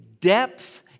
depth